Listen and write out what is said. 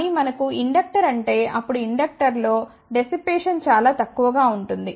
కానీ మనకు ఇండక్టర్ ఉంటే అప్పుడు ఇండక్టర్ లో డిసిప్పేషన్ చాలా తక్కువగా ఉంటుంది